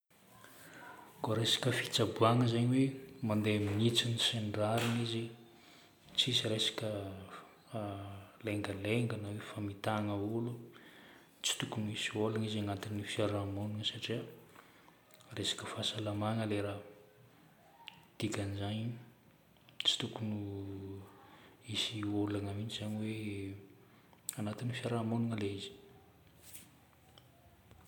Koa resaka fitsaboana zagny hoe mandeha amin'ny hitsiny sy ny rariny izy, tsisy resaka laingalainga na hoe famitahana ologno, tsy tokony hisy olagna izy ao agnatin'ny fiarahamonigna satria resaka fahasalamagna ilay raha. Dikan'izagny, tsy tokony ho hisy olagna mihitsy zagny hoe, agnatina fiarahamonigna ilay izy.